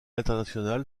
international